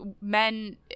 men